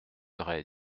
vrai